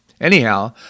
Anyhow